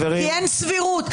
כי אין סבירות.